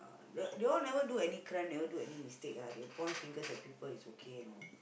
you all you all never do any crime never do any mistake ah they will point fingers at people it's okay you know